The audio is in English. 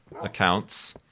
accounts